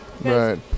Right